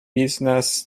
business